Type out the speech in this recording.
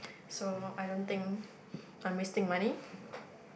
so I don't think I'm wasting money